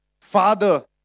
Father